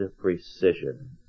precision